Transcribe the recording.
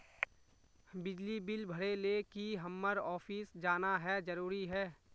बिजली बिल भरे ले की हम्मर ऑफिस जाना है जरूरी है?